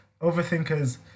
Overthinkers